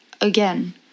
again